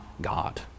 God